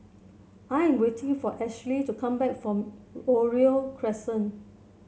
I am waiting for Ashlee to come back from Oriole Crescent